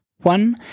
one